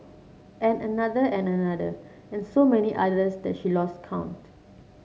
and another and another and so many others that she lost count